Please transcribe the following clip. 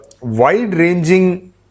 wide-ranging